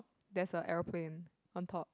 there's a aeroplane on top